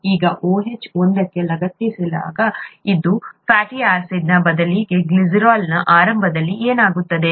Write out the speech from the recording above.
ಈಗ ಈ OH ಒಂದಕ್ಕೆ ಲಗತ್ತಿಸಲಾದ ಒಂದು ಫ್ಯಾಟಿ ಆಸಿಡ್ನ ಬದಲಿಗೆ ಗ್ಲಿಸರಾಲ್ನ ಆರಂಭದಲ್ಲಿ OH ಏನಾಗಿತ್ತು